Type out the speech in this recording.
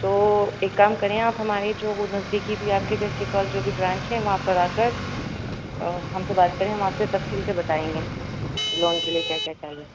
تو ایک کام کریں آپ ہمارے جو وہ نزدیکی بھی آپ کے گھر کے پاس جو بھی برانچ ہیں وہاں پر آ کر ہم سے بات کریں ہم آپ سے تفصیل سے بتائیں گے کہ لون کے لیے کیا کیا چاہیے